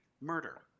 murder